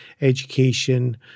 education